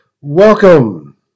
Welcome